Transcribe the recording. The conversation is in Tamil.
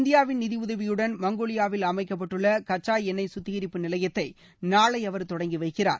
இந்தியாவின் நிதியுதவியுடன் மங்கோலியாவில் அமைக்கப்பட்டுள்ள கச்சா எண்ணொய் கத்திகரிப்பு நிலையத்தை நாளை அவர் தொடங்கி வைக்கிறார்